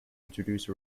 introduce